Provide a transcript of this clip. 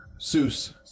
Seuss